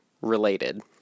related